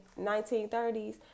1930s